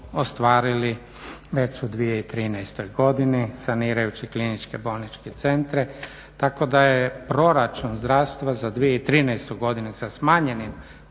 ostvarili već u 2013. godini sanirajući kliničke bolničke centre tako da je proračun zdravstva za 2013. godinu sa smanjenim